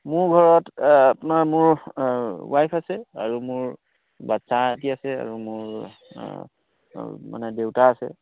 মোৰ ঘৰত আপোনাৰ মোৰ ৱাইফ আছে আৰু মোৰ বাচ্ছা এটি আছে আৰু মোৰ মানে দেউতা আছে